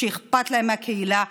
שאכפת לו מהקהילה,